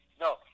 No